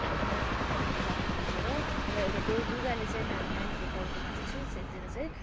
आफ्नो आमाको काखमा राखेर र एउटा लुगाले चाहिँ नान नानीको टाउकोमा चाहिँ यसो सेकिदिएर चाहिँ